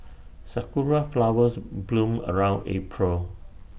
Sakura Flowers bloom around April